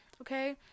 okay